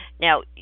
now